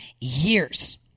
years